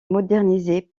modernisée